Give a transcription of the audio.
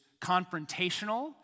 confrontational